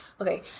Okay